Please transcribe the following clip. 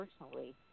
personally